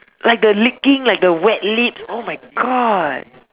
like the licking like the wet lips oh my God